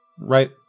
right